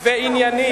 את ירושלים ולא שמענו,